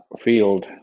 field